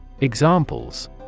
Examples